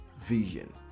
vision